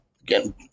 again